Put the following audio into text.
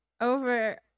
Over